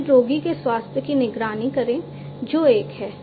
फिर रोगी के स्वास्थ्य की निगरानी करें जो एक है